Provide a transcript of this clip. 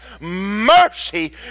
mercy